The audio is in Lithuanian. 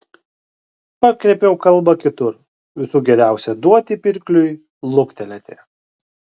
pakreipiau kalbą kitur visų geriausia duoti pirkliui luktelėti